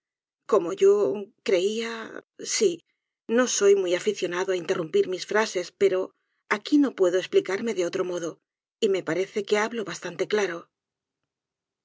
como yo creía si no soy muy aficionado á interrumpir mis frases pero aquí no puedo esplicarme de otro modo me parece que hablo bastante claro